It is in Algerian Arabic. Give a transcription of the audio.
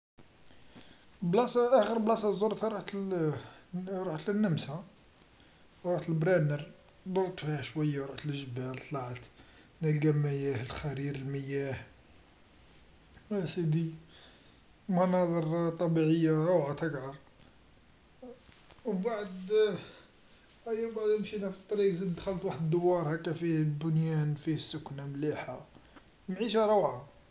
بلاصة اخر بلاصة زورتها رحت رحت للنمسا، رحت لبرانر درت فيها شوية ورحت للجبال طلعت نلقى مياه خرير المياه، اسيدي مناظر طبيعية روعة تقعر، وبعد أيا بعد مشينا في الطريق زدت دخلت واحد الدوار هكا فيه البنيان فيه السكنى مليحة معيشة روعة.